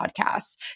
podcasts